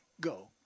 go